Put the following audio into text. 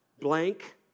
blank